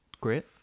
great